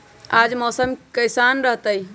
आज मौसम किसान रहतै?